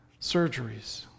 surgeries